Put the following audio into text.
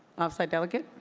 off-site delegate.